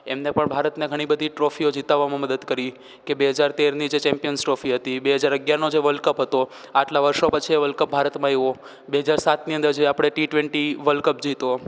એમણે પણ ભારતને ઘણી બધી ટ્રોફીઓ જીતવામાં મદદ કરી કે બે હજાર તેરની છે જે ચેમ્પિયન્સ ટ્રોફી હતી બે હજાર અગિયારનો જે વર્લ્ડ કપ હતો આટલાં વર્ષો પછી વર્લ્ડ કપ ભારતમાં આવ્યો બે હજાર સાતની અંદર જે આપણે ટી ટ્વેન્ટી વર્લ્ડ કપ જીત્યો